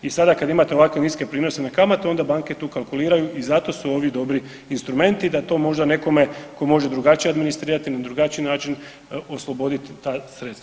I sada kada imate ovako niske prinose na kamatu, onda tu banke kalkuliraju i zato su ovi dobri instrumenti da to možda nekome tko može drugačije administrirati, na drugačiji način osloboditi ta sredstva.